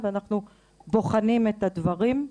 ואנחנו בוחנים את הדברים,